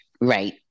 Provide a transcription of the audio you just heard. Right